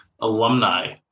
alumni